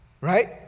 Right